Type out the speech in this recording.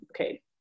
okay